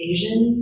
Asian